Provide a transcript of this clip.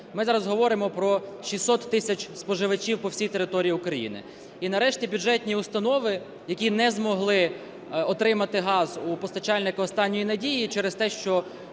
Ми зараз говоримо про 600 тисяч споживачів по всій території України. І, нарешті, бюджетні установи, які не змогли отримати газ у постачальників "останньої надії" через те, що